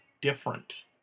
different